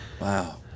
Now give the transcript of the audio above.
Wow